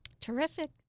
Terrific